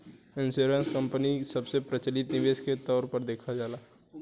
insurance company सबसे प्रचलित निवेश के तौर पर देखल जाला